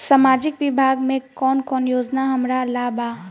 सामाजिक विभाग मे कौन कौन योजना हमरा ला बा?